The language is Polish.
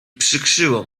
przykrzyło